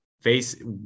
face